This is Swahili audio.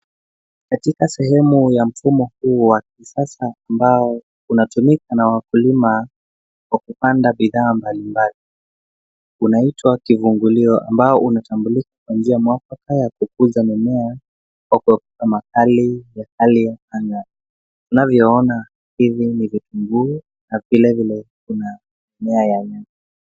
Katika sehemu ya mfumo huu wa kisasa ambao unatumika na wakulima kwa kupanda bidhaa mbalimbali. Unaitwa kifungulio ambao unatambulika kwa njia mwafaka wa kukuza mimea kwa kuepuka makali ya hali ya anga. Tunavyoona hivi ni vitunguu na vilevile kuna mimea mingine.